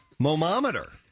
momometer